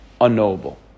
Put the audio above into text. unknowable